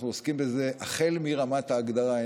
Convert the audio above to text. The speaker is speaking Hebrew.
אנחנו עוסקים בזה החל מרמת ההגדרה.